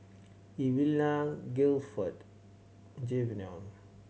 Evelena Gilford Jayvon